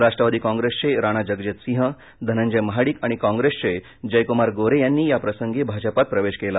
राष्ट्रवादी कॉप्रेसचे राणा जगजितसिंह धनंजय महाडिक आणि कॉप्रेसचे जयक्मार गोरे यांनी याप्रसंगी भाजपात प्रवेश केला